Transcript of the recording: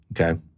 Okay